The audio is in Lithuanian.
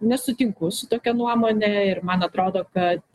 nesutinku su tokia nuomone ir man atrodo kad